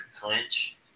clinch